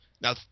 now